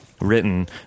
written